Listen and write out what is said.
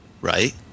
right